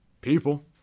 people